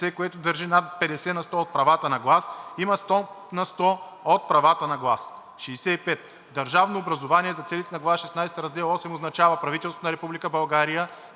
което държи над 50 на сто от правата на глас, има 100 на сто от правата на глас. 65. „Държавно образувание“ за целите на глава шестнадесета, раздел VIII означава правителството на Република България,